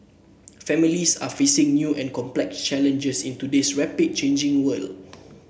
families are facing new and complex challenges in today's rapidly changing world